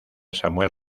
samuel